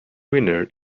winner